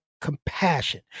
compassion